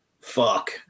fuck